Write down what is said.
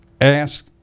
ask